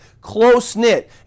close-knit